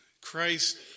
Christ